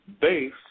base